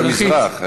לעדות המזרח.